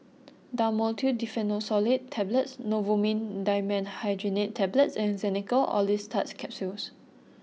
Dhamotil Diphenoxylate Tablets Novomin Dimenhydrinate Tablets and Xenical Orlistat Capsules